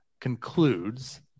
concludes